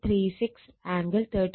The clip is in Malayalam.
36 ആംഗിൾ 13